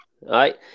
right